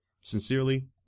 Sincerely